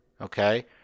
okay